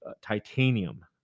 titanium